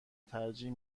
ترجیح